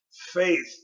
faith